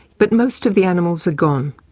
but most of the animals are gone.